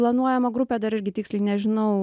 planuojama grupė dar irgi tiksliai nežinau